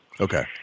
Okay